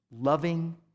loving